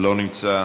אינו נוכח,